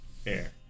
Fair